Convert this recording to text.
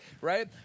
right